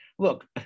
Look